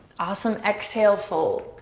awesome, exhale, fold.